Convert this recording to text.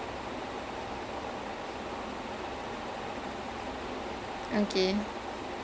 it's not like some tory single character who will just beat up people this guy is a lawyer also